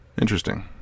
Interesting